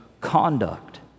conduct